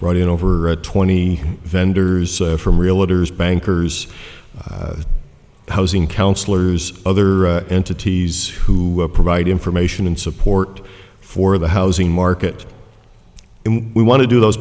brought in over twenty vendors from realtors bankers housing counselors other entities who provide information and support for the housing market we want to do those